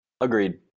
Agreed